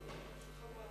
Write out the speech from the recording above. תודה רבה.